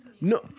No